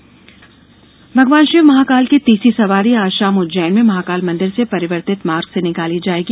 महाकाल सवारी भगवान शिव महाकाल की तीसरी सवारी आज शाम उज्जैन में महाकाल मंदिर से परिवर्तित मार्ग से निकाली जायेगी